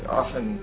often